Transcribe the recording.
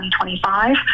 2025